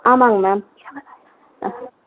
ஆமாம்ங்க மேம் ஆ